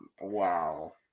Wow